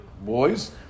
boys